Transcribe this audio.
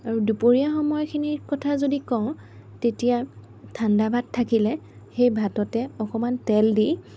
আৰু দুপৰীয়া সময়খিনিৰ কথা যদি কওঁ তেতিয়া ঠাণ্ডা ভাত থাকিলে সেই ভাততে অকণমান তেল দি